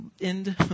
end